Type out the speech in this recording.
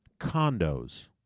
condos